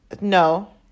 no